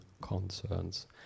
concerns